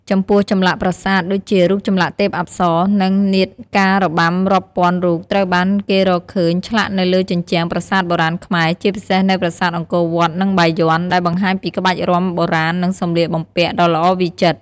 ចំពោះ ចម្លាក់ប្រាសាទ ដូចជារូបចម្លាក់ទេពអប្សរ និងនាដការរបាំរាប់ពាន់រូបត្រូវបានគេរកឃើញឆ្លាក់នៅលើជញ្ជាំងប្រាសាទបុរាណខ្មែរ ជាពិសេសនៅប្រាសាទអង្គរវត្ត និងបាយ័ន ដែលបង្ហាញពីក្បាច់រាំបុរាណ និងសម្លៀកបំពាក់ដ៏ល្អវិចិត្រ។